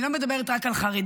אני לא מדברת רק על חרדים,